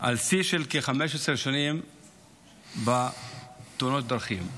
על שיא של כ-15 שנים בתאונות דרכים.